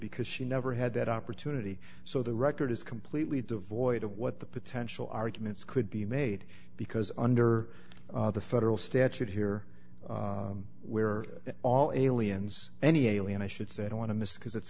because she never had that opportunity so the record is completely devoid of what the potential arguments could be made because under the federal statute here we are all aliens any alien i should say i don't want to miss because it's